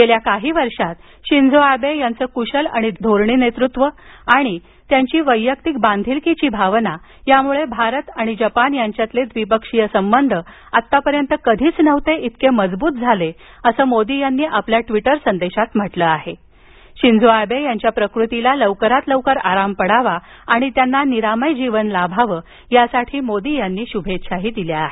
गेल्या काही वर्षात शिंझो अॅबे यांचे कुशल आणि धोरणी नेतृत्व आणि वैयक्तिक बांधिलकीची भावना यामुळे भारत आणि जपान यांच्यातील द्विपक्षीय संबंध आत्तापर्यंत कधीच नव्हते इतके अधिक मजबूत झाले असं मोदी यांनी आपल्या ट्वीटर संदेशात म्हटलं असून शिंझो एबे यांच्या प्रकृतीला लवकर आराम पडवा आणि त्यांना निरामय जीवन लाभावं यासाठी शुभेच्छाही दिल्या आहेत